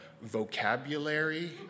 vocabulary